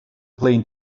plane